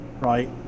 right